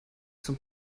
zum